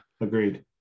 Agreed